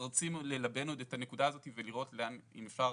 רוצים ללבן את הנקודה הזאת ולראות אם אפשר